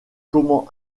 comment